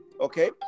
okay